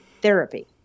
therapy